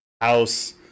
house